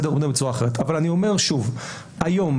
אני אומר שוב: היום,